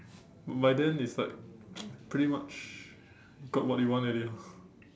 by then it's like pretty much you got what you want already ah